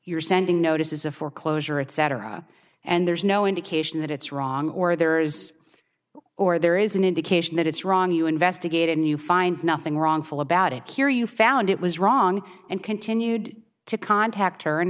you're sending notices of foreclosure etc and there's no indication that it's wrong or there is or there is an indication that it's wrong you investigate and you find nothing wrong feel about it here you found it was wrong and continued to contact her and